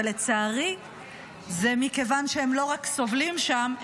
ולצערי זה מכיוון שהם לא רק סובלים שם,